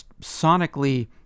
sonically